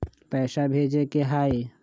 पैसा भेजे के हाइ?